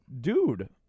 dude